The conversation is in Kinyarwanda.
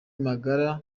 magara